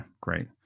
great